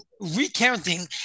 recounting